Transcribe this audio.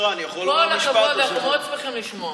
כל הכבוד, אנחנו מאוד שמחים לשמוע.